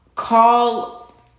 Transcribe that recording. Call